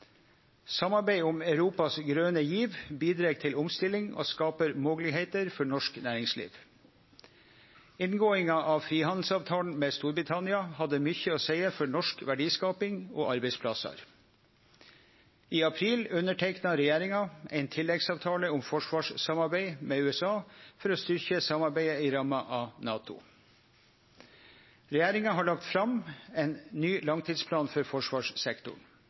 samarbeid med EU. Samarbeid om Europas grøne giv bidreg til omstilling og skaper moglegheiter for norsk næringsliv. Inngåinga av frihandelsavtalen med Storbritannia hadde mykje å seie for norsk verdiskaping og arbeidsplassar. I april underteikna regjeringa ein tilleggsavtale om forsvarssamarbeid med USA for å styrkje samarbeidet i ramma av NATO. Regjeringa har lagt fram ein ny langtidsplan for forsvarssektoren.